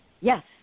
Yes